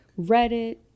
Reddit